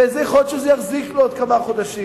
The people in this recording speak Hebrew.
ויכול להיות שזה יחזיק עוד כמה חודשים,